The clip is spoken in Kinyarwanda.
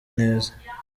neza